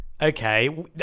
Okay